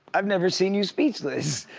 i've never seen you speechless,